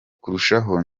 kurushaho